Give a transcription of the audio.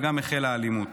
וגם החלה אלימות.